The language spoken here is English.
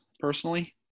personally